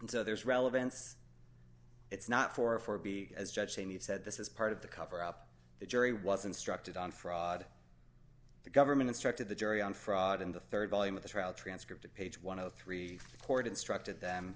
so there's relevance it's not for a for b as judge cheney said this is part of the cover up the jury was instructed on fraud the government instructed the jury on fraud in the rd volume of the trial transcript of page one of three court instructed them